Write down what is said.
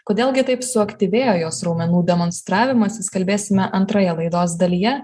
kodėl gi taip suaktyvėjo jos raumenų demonstravimasis kalbėsime antroje laidos dalyje